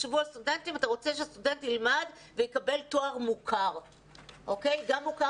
אתה רוצה שהסטודנט ילמד ויקבל תואר מוכר ומוערך,